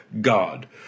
God